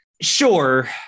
sure